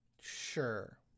Sure